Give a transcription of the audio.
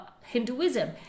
Hinduism